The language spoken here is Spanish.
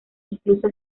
incluso